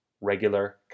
regular